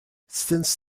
since